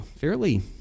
fairly